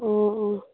ꯑꯣ ꯑꯣ